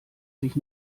sich